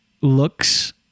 looks